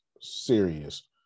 serious